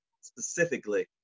specifically